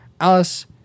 Alice